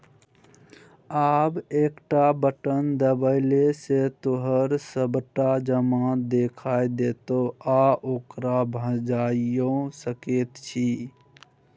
आब एकटा बटम देबेले सँ तोहर सभटा जमा देखा देतौ आ ओकरा भंजाइयो सकैत छी